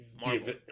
Marvel